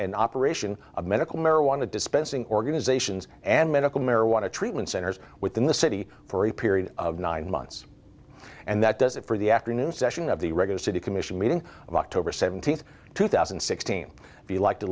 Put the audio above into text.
and operation of medical marijuana dispensing organizations and medical marijuana treatment centers within the city for a period of nine months and that does it for the afternoon session of the regular city commission meeting of october seventeenth two thousand and sixteen if you like to